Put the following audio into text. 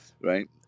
right